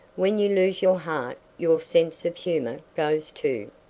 when you lose your heart your sense of humor goes too.